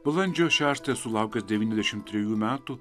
balandžio šeštąją sulaukęs devyniasdešimt trejų metų